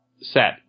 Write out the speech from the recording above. set